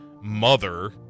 mother